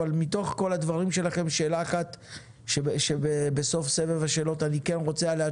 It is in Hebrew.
אבל מתוך כל הדברים שלכם אני רוצה לשמוע תשובה בסוף סבב השאלות הנוכחי: